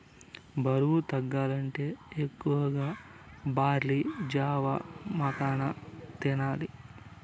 బరువు తగ్గాలంటే ఎక్కువగా బార్లీ జావ, మకాన తినాల్ల